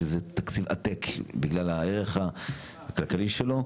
שהוא תקציב עתק בגלל הערך הכלכלי שלו.